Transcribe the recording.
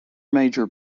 major